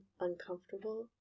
uncomfortable